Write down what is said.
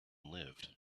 lived